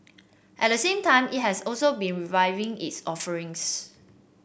at the same time it has also been reviewing its offerings